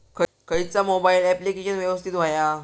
खयचा mobile application यवस्तित होया?